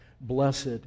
blessed